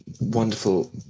wonderful